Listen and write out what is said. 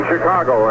Chicago